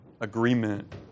agreement